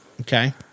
Okay